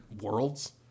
worlds